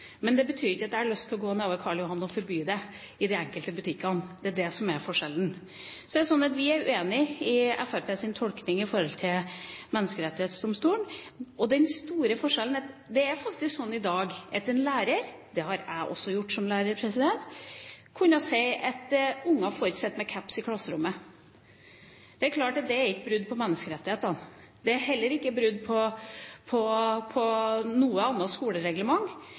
Men det betyr ikke at jeg har lyst til å gå nedover Karl Johan og forby det i de enkelte butikkene. Det er det som er forskjellen. Vi er uenig i Fremskrittspartiets tolkning i forhold til Menneskerettighetsdomstolen. Det er faktisk sånn i dag at en lærer – det har jeg også gjort som lærer – kan si at unger ikke får lov til å sitte med caps i klasserommet. Det er klart at det ikke er brudd på menneskerettighetene. Det er ikke brudd på noe skolereglement, og det er heller ikke brudd på noe